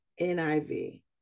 NIV